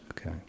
Okay